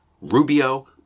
Rubio